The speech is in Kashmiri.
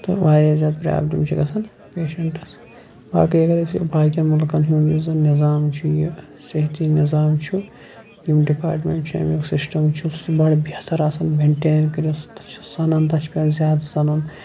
تہٕ واریاہ زیاد پرابلِم چھِ گَژھان پیشَنٹَس اکھ گیے اَگَر أسۍ یُس زَن باقیَن مُلکَن ہُنٛد یُس زَن نِظام چھُ یہِ صحتی نِظام چھُ یِم ڈِپاٹمنٹ چھِ امیُک سِسٹَم چھُ سُہ بَڈٕ بہتَر آسان مینٹین کٔرِتھ سُہ تَتھ چھِ سَنان تَتھ چھُ پیٚوان زیاد سَنُن